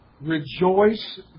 Rejoice